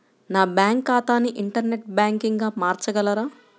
నా బ్యాంక్ ఖాతాని ఇంటర్నెట్ బ్యాంకింగ్గా మార్చగలరా?